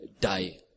die